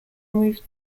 moved